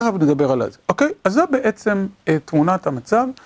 אוקיי, אז זה בעצם תמונת המצב.